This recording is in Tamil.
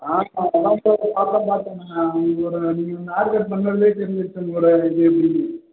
நீங்கள் ஒரு நீங்கள் ஹேர் கட் பண்ணுறதுலையே தெரிஞ்சுருச்சு உங்களோடய இது எப்படின்னு